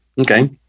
Okay